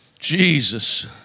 Jesus